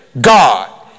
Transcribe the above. God